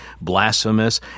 blasphemous